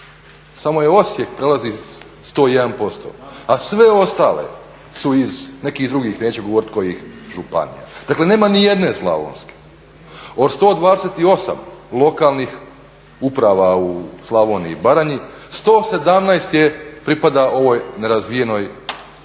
samo Osijek prelazi 101%, a sve ostale su iz nekih drugih, neću govoriti kojih županija. Dakle, nema ni jedne slavonske. Od 128 lokalnih uprava u Slavoniji i Baranji 117 pripada ovoj nerazvijenom dijelu.